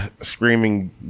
screaming